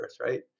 right